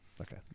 Okay